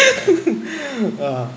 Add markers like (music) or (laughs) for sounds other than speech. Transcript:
(laughs) uh